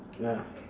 ya